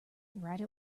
write